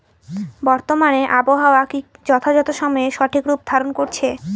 বর্তমানে আবহাওয়া কি যথাযথ সময়ে সঠিক রূপ ধারণ করছে?